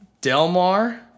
Delmar